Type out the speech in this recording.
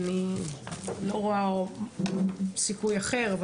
ואני לא רואה סיכוי אחר,